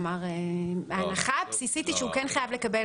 כלומר, ההנחה הבסיסית היא שהוא כן חייב לקבל